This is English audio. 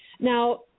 Now